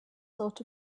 sort